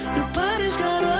your body's got